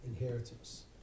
inheritance